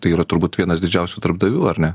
tai yra turbūt vienas didžiausių darbdavių ar ne